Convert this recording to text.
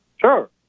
Sure